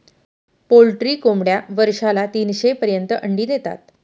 poultry कोंबड्या वर्षाला तीनशे पर्यंत अंडी देतात